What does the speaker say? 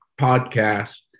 podcast